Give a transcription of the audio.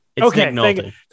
Okay